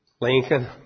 Lincoln